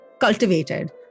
cultivated